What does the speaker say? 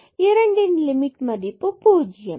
இரண்டின் லிமிட் மதிப்பு பூஜ்யம் ஆகும்